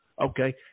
Okay